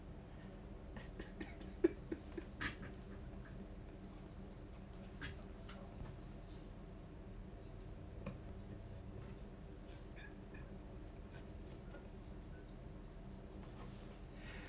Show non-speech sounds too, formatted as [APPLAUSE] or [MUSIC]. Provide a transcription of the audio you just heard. [LAUGHS]